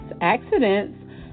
accidents